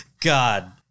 god